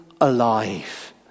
alive